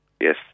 Yes